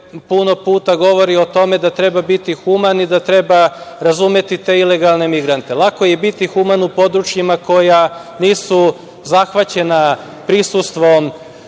puno puta govorilo o tome da treba biti human i treba razumeti te ilegalne migrante. Lako je biti human u područjima koja nisu zahvaćena prisustvom